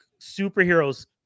superheroes